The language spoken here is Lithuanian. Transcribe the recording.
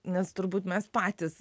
nes turbūt mes patys